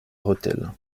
rethel